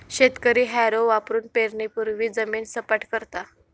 शेतकरी हॅरो वापरुन पेरणीपूर्वी जमीन सपाट करता